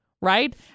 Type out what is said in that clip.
right